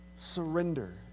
Surrender